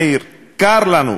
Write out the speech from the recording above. מאיר, קר לנו.